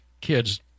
kids